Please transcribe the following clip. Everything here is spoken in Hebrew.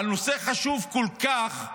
נושא חשוב כל כך,